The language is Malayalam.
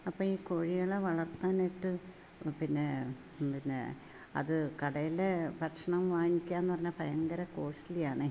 അപ്പം ഈ കോഴികളെ വളർത്താനായിട്ട് പിന്നെ പിന്നെ അത് കടയിൽ ഭക്ഷണം വാങ്ങിക്കാനെന്ന് പറഞ്ഞാൽ ഭയങ്കര കോസ്റ്റിലി ആണ്